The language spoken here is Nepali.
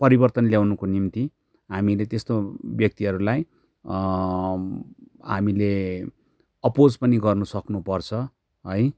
परिवर्तन ल्याउनुको निम्ति हामीले त्यस्तो व्यक्तिहरूलाई हामीले अपोज पनि गर्नु सक्नुपर्छ है